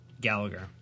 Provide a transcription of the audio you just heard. gallagher